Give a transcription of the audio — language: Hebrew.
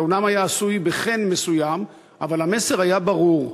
זה אומנם היה עשוי בחן מסוים, אבל המסר היה ברור: